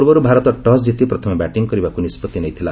ପୂର୍ବରୁ ଭାରତ ଟସ୍ କିତି ପ୍ରଥମେ ବ୍ୟାଟିଂ କରିବାକୁ ନିଷ୍ପଭି ନେଇଥିଲା